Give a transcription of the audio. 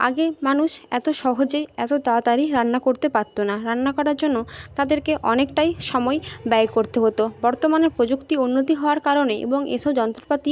আগে মানুষ এত সহজে এত তাড়াতাড়ি রান্না করতে পারত না রান্না করার জন্য তাদেরকে অনেকটাই সময় ব্যয় করতে হতো বর্তমানে প্রযুক্তি উন্নতি হওয়ার কারণে এবং এসব যন্ত্রপাতি